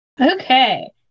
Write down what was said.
Okay